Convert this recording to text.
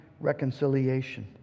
reconciliation